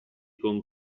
con